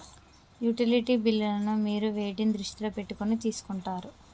Utility బిల్లులను మీరు వేటిని దృష్టిలో పెట్టుకొని తీసుకుంటారు?